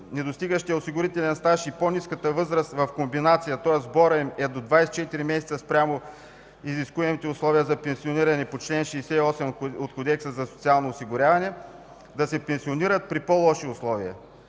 не достига осигурителен стаж и имат по-ниска възраст – в комбинация, тоест сборът им е до 24 месеца спрямо изискуемите условия за пенсиониране по чл. 68 от Кодекса за социално осигуряване, да се пенсионират при по-лоши условия.